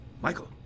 Michael